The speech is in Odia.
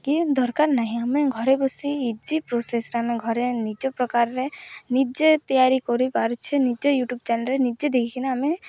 କି ଦରକାର ନାହିଁ ଆମେ ଘରେ ବସି ଇଜି ପ୍ରୋସେସ୍ରେ ଆମେ ଘରେ ନିଜ ପ୍ରକାରରେ ନିଜେ ତିଆରି କରିପାରୁଛେ ନିଜେ ୟୁଟ୍ୟୁବ୍ ଚ୍ୟାନେଲ୍ରେ ନିଜେ ଦେଖିକିନା ଆମେ